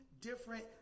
different